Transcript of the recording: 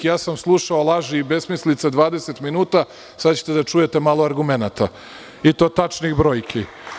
Slušao sam i ja laži i besmislice 20 minuta, a sada ćete da čujete malo argumenata, i to tačnih brojki.